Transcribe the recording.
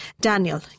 Daniel